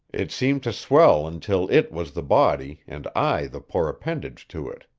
it seemed to swell until it was the body and i the poor appendage to it.